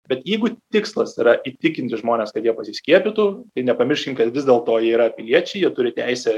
bet jeigu tikslas yra įtikinti žmones kad jie pasiskiepytų nepamirškim kad vis dėlto jie yra piliečiai jie turi teisę